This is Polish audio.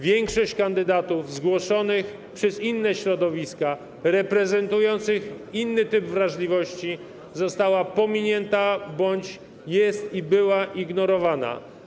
Większość kandydatów zgłoszonych przez inne środowiska, reprezentujących inny typ wrażliwości została pominięta bądź jest i była ignorowana.